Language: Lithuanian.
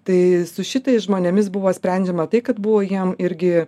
tai su šitais žmonėmis buvo sprendžiama tai kad buvo jam irgi